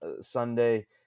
Sunday